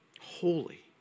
Holy